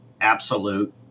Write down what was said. absolute